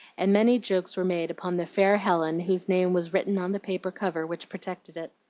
and many jokes were made upon the fair helen whose name was written on the paper cover which projected it.